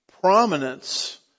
prominence